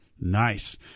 Nice